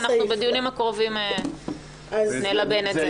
ובדיונים הקרובים אנחנו נלבן את זה.